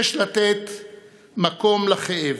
יש לתת מקום לכאב.